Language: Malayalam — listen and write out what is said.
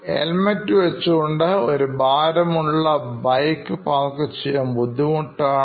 ഹെൽമറ്റ് വെച്ചുകൊണ്ട് ഒരു ഭാരമുള്ള ബൈക്ക് പാർക്ക് ചെയ്യാൻ ബുദ്ധിമുട്ടാണ്